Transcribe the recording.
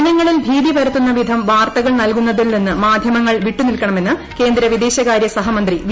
ജനങ്ങളിൽ ഭീതി പരത്തുന്ന വിധം വാർത്തകൾ നൽകുന്നതിൽ നിന്ന് മാധ്യമങ്ങൾ വിട്ടു നിൽക്കണമെന്ന് കേന്ദ്ര വിദേശകാര്യ സഹമന്ത്രി വി